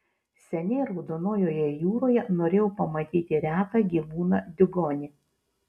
seniai raudonojoje jūroje norėjau pamatyti retą gyvūną diugonį